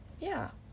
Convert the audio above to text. ya